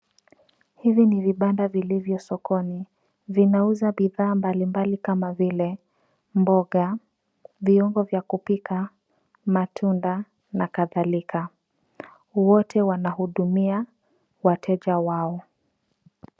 Hizi ni vibanda vilivyo sokoni. Vinauza bidhaa mbalimbali kama vile mboga, vyombo vya kupika, matunda na kadhalika. Wote wanahudumia wateja wao.